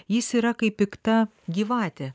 jis yra kaip pikta gyvatė